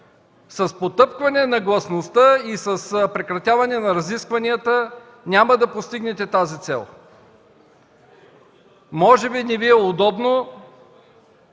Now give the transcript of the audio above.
С потъпкване на гласността и с прекратяване на разискванията няма да постигнете тази цел. Може би не Ви е удобно,